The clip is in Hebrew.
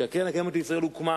שקרן קיימת לישראל הוקמה